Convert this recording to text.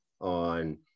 on